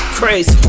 crazy